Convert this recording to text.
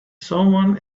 someone